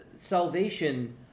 salvation